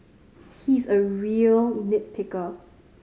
he is a real nit picker